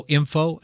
info